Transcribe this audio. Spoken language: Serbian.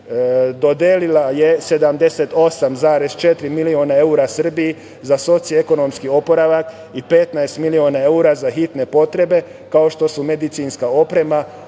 Dodelila je 78,4 miliona evra Srbiji za socio-ekonomki oporavak i 15 miliona evra za hitne potrebe, kao što su medicinska oprema,